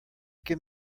give